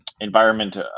environment